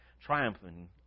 triumphing